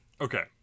Okay